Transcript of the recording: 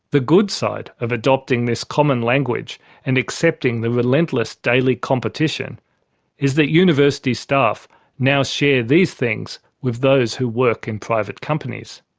the good side of adopting this common language and accepting the relentless daily competition is that university staff now share these things with those who work in private companies.